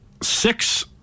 Six